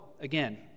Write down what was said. again